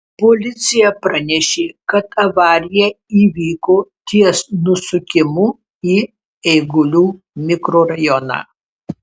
policija pranešė kad avarija įvyko ties nusukimu į eigulių mikrorajoną